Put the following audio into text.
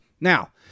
Now